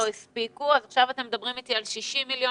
הספיקו ועכשיו אתם מדברים על 60 מיליון.